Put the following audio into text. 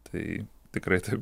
tai tikrai taip